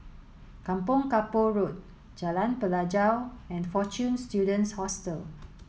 Kampong Kapor Road Jalan Pelajau and Fortune Students Hostel